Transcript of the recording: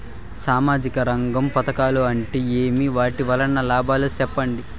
సామాజిక రంగం పథకాలు అంటే ఏమి? వాటి వలన లాభాలు సెప్పండి?